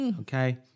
Okay